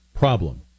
problem